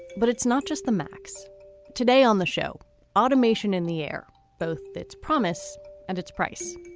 but it's not just the max today on the show automation in the air both its promise and its price.